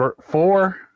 four